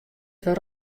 wer